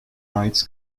rights